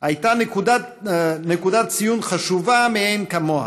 היה נקודת ציון חשובה מאין כמוה,